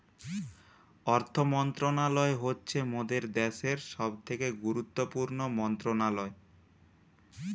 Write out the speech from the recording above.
অর্থ মন্ত্রণালয় হচ্ছে মোদের দ্যাশের সবথেকে গুরুত্বপূর্ণ মন্ত্রণালয়